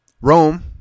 Rome